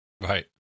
Right